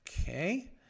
Okay